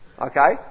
okay